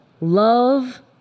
Love